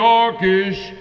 Yorkish